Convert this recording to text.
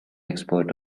expert